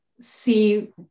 see